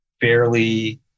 fairly